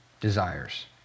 desires